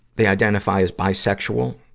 they identify as bisexual,